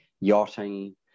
yachting